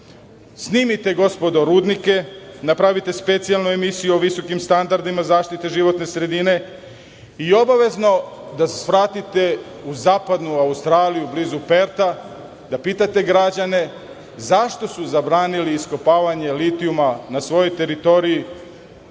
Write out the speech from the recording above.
Srbije. Snimite gospodo rudnike, napravite specijalnu emisiju o visokim standardima zaštite životne sredine i obavezno da svratite u Zapadnu Australiju blizu Perta, da pitate građane zašto su zabranili iskopavanje litijuma na svojoj teritoriji,